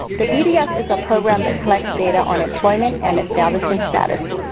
the bds is a program that collects data on employment and establishment status.